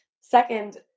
Second